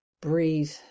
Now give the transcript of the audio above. breathe